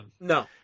No